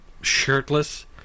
shirtless